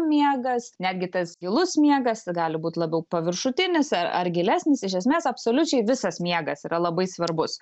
miegas netgi tas gilus miegas gali būt labiau paviršutinis ar ar gilesnis iš esmės absoliučiai visas miegas yra labai svarbus